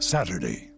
Saturday